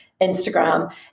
Instagram